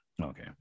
okay